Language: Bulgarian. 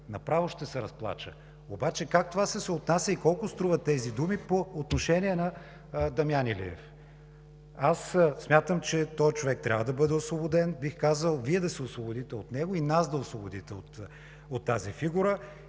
Направо ще се разплача! Обаче как това се съотнася и колко струват тези думи по отношение на Дамян Илиев? Смятам, че този човек трябва да бъде освободен, бих казал, Вие да се освободите от него и нас да освободите от тази фигура.